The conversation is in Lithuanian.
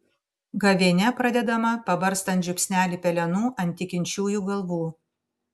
gavėnia pradedama pabarstant žiupsnelį pelenų ant tikinčiųjų galvų